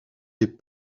des